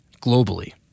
globally